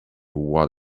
what